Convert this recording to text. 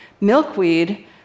Milkweed